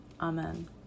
Amen